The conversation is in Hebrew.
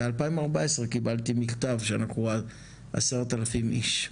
ב-2014 קיבלתי מכתב שאנחנו 10,000 איש.